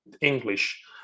English